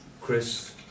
Chris